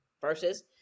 versus